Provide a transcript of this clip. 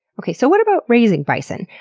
okay, so what about raising bison?